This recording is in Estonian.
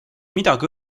midagi